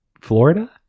Florida